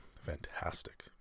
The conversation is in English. Fantastic